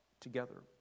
together